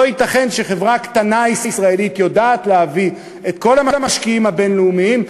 לא ייתכן שחברה קטנה ישראלית יודעת להביא את כל המשקיעים הבין-לאומיים,